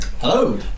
Hello